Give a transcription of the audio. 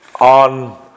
on